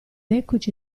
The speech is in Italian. eccoci